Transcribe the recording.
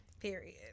Period